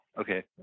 Okay